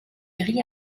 gris